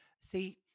See